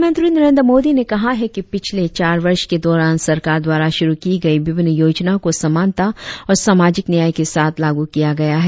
प्रधानमंत्री नरेंद्र मोदी ने कहा है कि पिछले चार वर्ष के दौरान सरकार द्वारा शुरु की गयी विभिन्न योजनाओं को समानता और सामाजिक न्याय के साथ लागू किया गया है